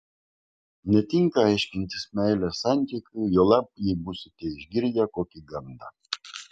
netinka aiškintis meilės santykių juolab jei būsite išgirdę kokį gandą